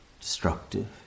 destructive